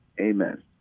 Amen